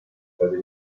wtedy